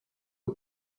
aux